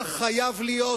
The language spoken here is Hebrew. כך חייב להיות